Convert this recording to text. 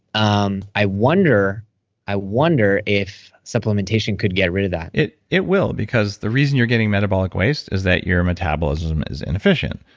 um i wonder i wonder if supplementation could get rid of that it it will. because the reason you're getting metabolic waste is that your metabolism is inefficient.